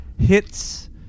hits